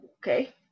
okay